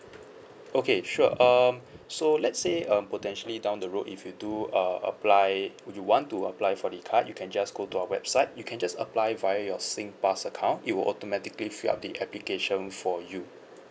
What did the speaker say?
okay sure um so let's say um potentially down the road if you do uh apply you want to apply for the card you can just go to our website you can just apply via your singpass account it will automatically fill up the application for you